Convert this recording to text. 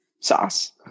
sauce